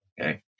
okay